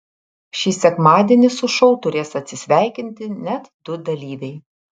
šį sekmadienį su šou turės atsisveikinti net du dalyviai